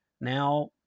Now